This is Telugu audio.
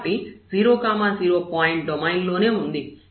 కాబట్టి 0 0 పాయింట్ డొమైన్ లోనే ఉంది